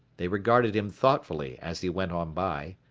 they regarded him thoughtfully as he went on by.